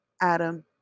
Adam